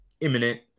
imminent